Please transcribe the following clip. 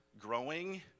growing